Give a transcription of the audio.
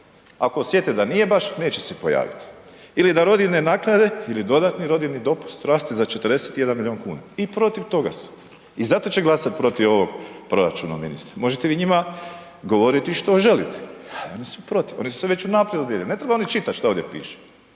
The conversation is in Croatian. Ako osjete da nije baš neće se pojaviti ili da rodiljne naknade ili dodatni rodiljni dopust raste za 41 milijun kuna. I protiv toga su i zato će glasati protiv ovog proračuna ministre. Možete vi njima govoriti što želite, a oni su protiv, oni su se već unaprijed … ne trebaju oni čitati šta ovdje piše.